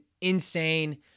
insane